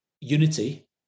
unity